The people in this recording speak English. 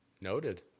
Noted